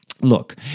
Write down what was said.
Look